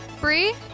Bree